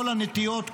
כל הנטיות,